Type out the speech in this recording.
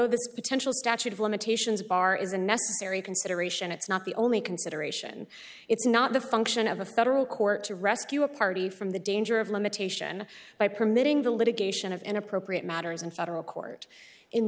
this potential statute of limitations bar is a necessary consideration it's not the only consideration it's not the function of a federal court to rescue a party from the danger of limitation by permitting the litigation of inappropriate matters in federal court in